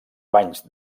banys